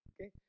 Okay